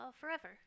forever